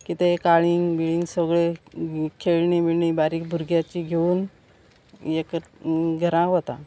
कितें काळींग बिळींग सगळें खेळणीं बिळणी बारीक भुरग्यांची घेवन हे कर घरां वता